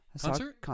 Concert